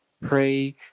pray